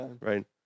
Right